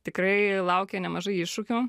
tikrai laukia nemažai iššūkių